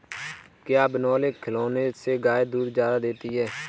क्या बिनोले खिलाने से गाय दूध ज्यादा देती है?